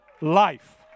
life